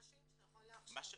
מה שיש, נכון לעכשיו.